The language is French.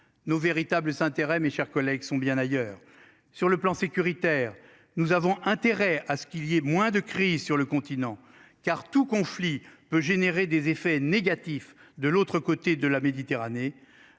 nos véritables intérêts mes chers collègues sont bien ailleurs sur le plan sécuritaire. Nous avons intérêt à ce qu'il y ait moins de crises sur le continent car tout conflit peut générer des effets négatifs de l'autre côté de la Méditerranée